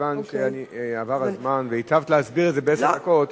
מכיוון שעבר הזמן והיטבת להסביר את זה בעשר דקות,